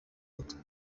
mutwe